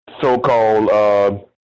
so-called